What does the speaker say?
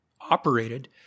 operated